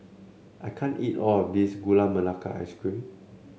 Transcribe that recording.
I can't eat all of this Gula Melaka Ice Cream